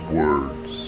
words